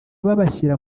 babashyira